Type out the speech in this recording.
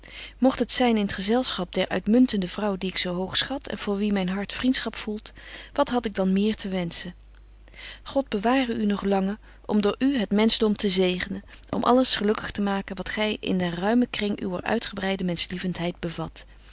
mogt het zyn in t gezelschap der uitmuntende vrouw die ik zo hoog schat en voor wie myn hart vriendschap voelt wat had ik dan meer te wenschen god beware u nog lange om door u het menschdom te zegenen om alles gelukkig te maken wat gy in den ruimen kring uwer uitgebreide menschlieventheid bevat